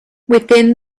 within